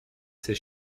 ces